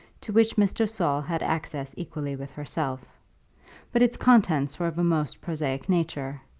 to which mr. saul had access equally with herself but its contents were of a most prosaic nature,